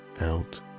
out